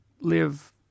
live